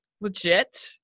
legit